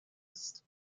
ist